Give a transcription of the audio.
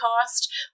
cost